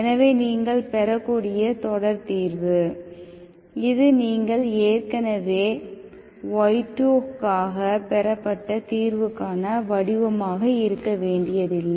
எனவே நீங்கள் பெறக்கூடிய தொடர் தீர்வு இது நீங்கள் ஏற்கனவே y2 காக பெறப்பட்ட தீர்வுக்கான வடிவமாக இருக்க வேண்டியதில்லை